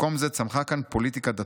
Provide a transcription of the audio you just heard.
במקום זה צמחה כאן פוליטיקה דתית,